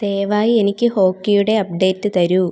ദയവായി എനിക്ക് ഹോക്കിയുടെ അപ്ഡേറ്റ് തരൂ